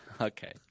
Okay